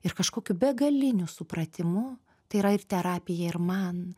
ir kažkokiu begaliniu supratimu tai yra ir terapija ir man